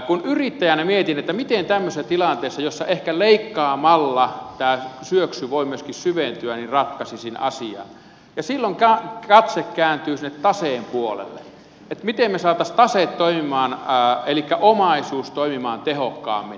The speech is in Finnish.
kun yrittäjänä mietin miten tämmöisessä tilanteessa jossa ehkä leikkaamalla tämä syöksy voi myöskin syventyä ratkaisisin asian silloin katse kääntyy sinne taseen puolelle miten me saisimme taseen toimimaan elikkä omaisuuden toimimaan tehokkaammin